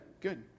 Good